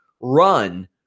run